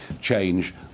change